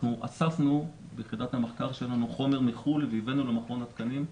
אנחנו אספנו ביחידת המחקר שלנו חומר מחו"ל והבאנו למכון התקנים.